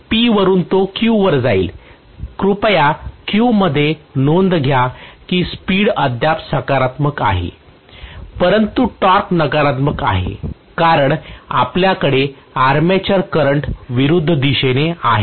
P वरुन तो Q वर जाईल कृपया Q मध्ये नोंद घ्या की स्पीड अद्याप सकारात्मक आहे परंतु टॉर्क नकारात्मक आहे कारण आपल्याकडे आर्मेचर करंट विरुद्ध दिशेने आहे